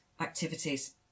activities